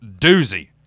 doozy